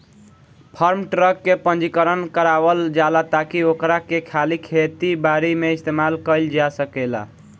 form truck के पंजीकरण करावल जाला ताकि ओकरा के खाली खेती बारी में इस्तेमाल कईल जा सकेला